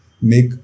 make